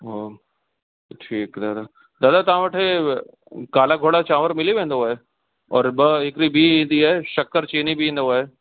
हा त ठीकु दादा दादा तव्हां वटि इहे काला घोड़ा चांवर मिली वेंदो आहे और ॿ हिकिड़ी ॿी ईंदी आहे शक्कर चीनी बि ईंदो आहे